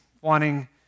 wanting